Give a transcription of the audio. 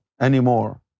anymore